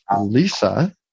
Lisa